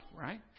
right